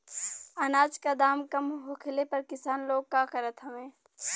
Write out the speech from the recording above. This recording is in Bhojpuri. अनाज क दाम कम होखले पर किसान लोग का करत हवे?